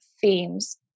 themes